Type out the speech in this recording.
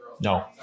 No